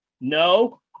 No